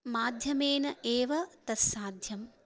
माध्यमेन एव तत् साध्यं